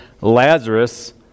Lazarus